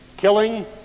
Killing